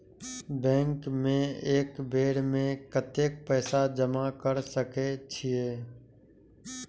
Bank में एक बेर में कतेक पैसा जमा कर सके छीये?